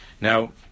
Now